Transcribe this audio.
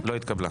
לא התקבלה.